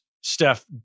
Steph